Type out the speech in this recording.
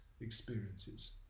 experiences